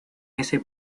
ese